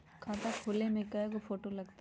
खाता खोले में कइगो फ़ोटो लगतै?